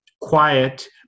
quiet